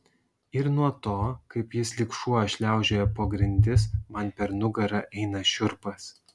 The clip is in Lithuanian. ir nuo to kaip jis lyg šuo šliaužioja po grindis man per nugarą eina šiurpas